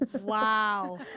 Wow